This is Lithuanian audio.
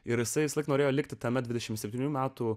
ir jisai visąlaik norėjo likti tame dvidešimt septynių metų